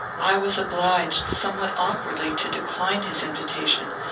i was obliged, somewhat awkwardly, to decline his invitation,